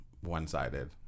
one-sided